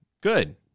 Good